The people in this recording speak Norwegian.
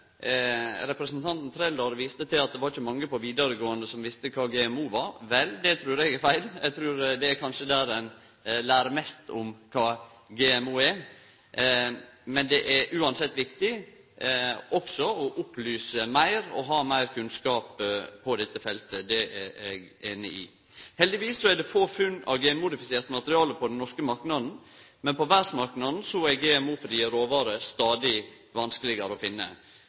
Representanten Trældal viste til at det ikkje var mange på vidaregåande som visste kva GMO var. Vel, det trur eg er feil. Eg trur det kanskje er der ein vil lære mest om kva GMO er, men det er uansett viktig også å opplyse meir og ha meir kunnskap på dette feltet. Det er eg einig i. Heldigvis er det få funn av genmodifisert materiale på den norske marknaden, men på verdsmarknaden er GMO-frie råvarer stadig vanskelegare å finne.